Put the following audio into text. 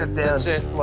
and that's it.